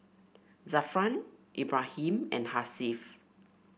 Zafran Ibrahim and Hasif